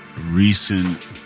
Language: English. recent